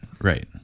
Right